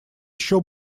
еще